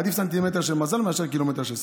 עדיף סנטימטר של מזל מאשר קילומטר של שכל.